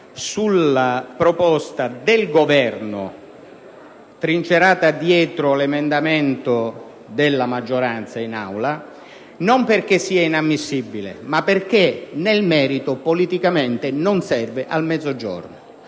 sulla proposta del Governo, trincerata dietro l'emendamento del relatore presentato all'Assemblea, non perché sia inammissibile ma perché nel merito, politicamente, non serve al Mezzogiorno